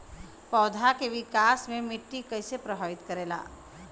पौधा के विकास मे मिट्टी कइसे प्रभावित करेला?